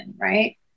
right